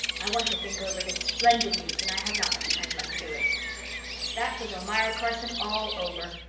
i want to think over this splendid news and i have not much time left to do it that was almira carson all over.